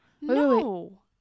No